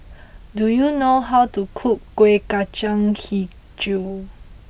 do you know how to cook Kueh Kacang HiJau